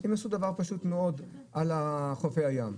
הם עשו דבר פשוט מאוד על חופי הים,